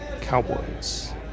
Cowboys